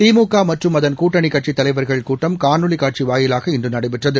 திமுக மற்றும் அதன் கூட்டணிக் கட்சித் தலைவா்கள் கூட்டம் காணொலிகாட்சி வாயிவாக இன்று நடைபெற்றது